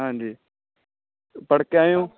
ਹਾਂਜੀ ਪੜ੍ਹ ਕੇ ਆਏ ਹੋ